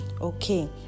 Okay